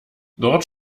dort